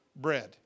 bread